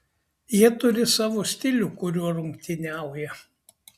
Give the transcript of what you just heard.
jie turi savo stilių kuriuo rungtyniauja